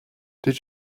did